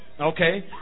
Okay